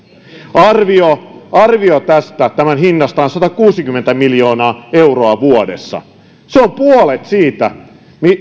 arvio arvio tämän hinnasta on satakuusikymmentä miljoonaa euroa vuodessa se on puolet siitä